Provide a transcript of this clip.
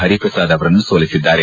ಹರಿಪ್ರಸಾದ್ ಅವರನ್ನು ಸೋಲಿಸಿದ್ದಾರೆ